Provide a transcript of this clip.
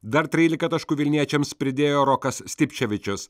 dar trylika taškų vilniečiams pridėjo rokas stipčevičius